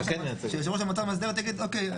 שיושב-ראש המועצה המאסדרת יגיד: אוקיי,